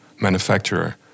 manufacturer